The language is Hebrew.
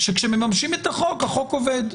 שכשמממשים את החוק, החוק עובד.